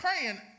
praying